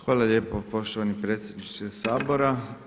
Hvala lijepo poštovani predsjedniče Sabora.